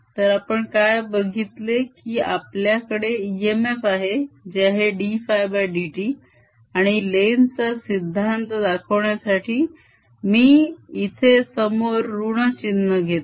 तर आपण काय बघितले की आपल्याकडे इएमएफ आहे जे आहे dφdt आणि लेन्झ चा सिद्धांत दाखवण्यासाठी मी इथे समोर ऋण चिन्ह घेतो